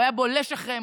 הוא היה בולש אחריהן,